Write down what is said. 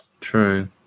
True